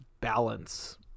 balance